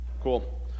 Cool